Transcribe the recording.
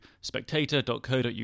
spectator.co.uk